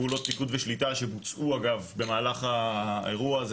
פעולות פיקוד ושליטה שבוצעו אגב במהלך האירוע הזה